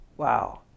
Wow